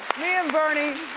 me and bernie.